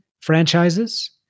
franchises